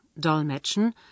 dolmetschen